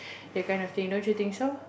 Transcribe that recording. that kind of thing don't you think so